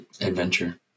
adventure